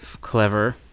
clever